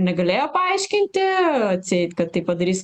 negalėjo paaiškinti atseit kad tai padarys